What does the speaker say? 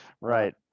right